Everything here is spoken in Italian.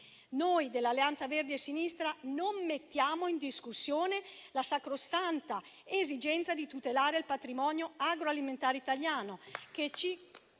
Noi dell'Alleanza Verdi e Sinistra non mettiamo in discussione la sacrosanta esigenza di tutelare il patrimonio agroalimentare italiano